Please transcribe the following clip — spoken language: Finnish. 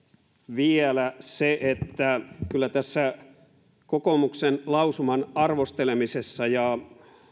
vielä se että kyllä tässä kokoomuksen lausuman arvostelemisessa ja